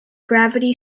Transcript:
gravity